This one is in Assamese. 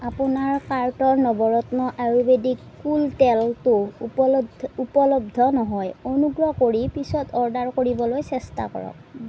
আপোনাৰ কাৰ্টৰ নৱৰত্ন আয়ুৰ্বেদিক কুল তেলটো উপলব উপলব্ধ নহয় অনুগ্ৰহ কৰি পিছত অৰ্ডাৰ কৰিবলৈ চেষ্টা কৰক